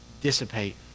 dissipate